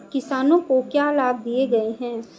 किसानों को क्या लाभ दिए गए हैं?